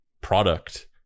product